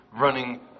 running